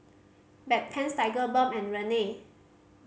Bedpans Tigerbalm and Rene